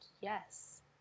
yes